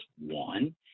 one